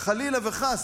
חלילה וחס,